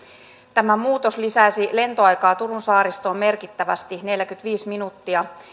tämä muutos lisäisi lentoaikaa turun saaristoon merkittävästi neljäkymmentäviisi minuuttia